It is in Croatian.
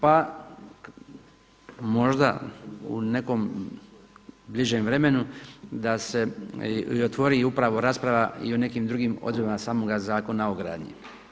Pa možda u nekom bližem vremenu da se otvori upravo rasprava i o nekim drugim odredbama samoga Zakona o gradnji.